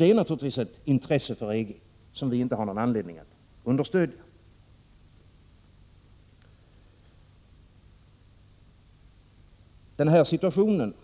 Det är naturligtvis ett intresse för EG som vi inte har någon anledning att understödja. Denna situation